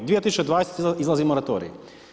2020. izlazi moratorij.